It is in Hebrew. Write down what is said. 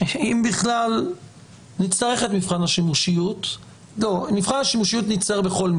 אם נשתמש במושגים חוקתיים לטובת